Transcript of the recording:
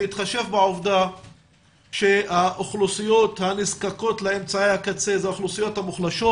בהתחשב בעובדה שהאוכלוסיות הנזקקות לאמצעי הקצה הן האוכלוסיות המוחלשות